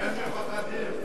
הם מ-פ-ח-דים.